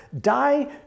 Die